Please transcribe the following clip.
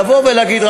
לבוא ולהגיד,